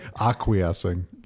Acquiescing